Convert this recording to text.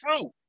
true